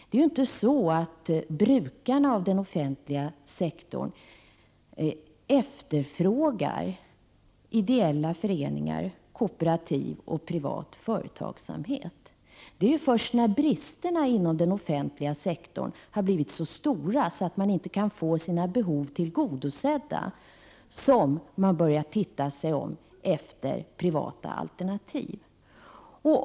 Det är ju inte så att brukarna av den offentliga verksamheten efterfrågar ideella föreningar, kooperativ eller privat företagsamhet. Det är ju först när bristerna inom den offentliga sektorn har blivit så stora att man inte kan få sina behov tillgodosedda som man börjar titta sig om efter privata alternativ.